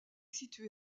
situé